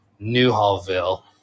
Newhallville